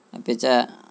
अपि च